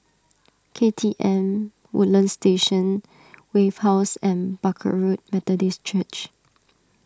K T M Woodlands Station Wave House and Barker Road Methodist Church